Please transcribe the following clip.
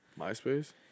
Myspace